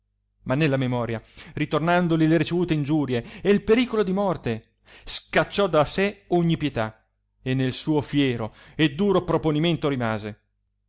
ma nella memoria ritornandoli le ricevine ingiurie e il pericolo di morte scacciò da sé ogni pietà e nel suo fiero e duro proponimento rimase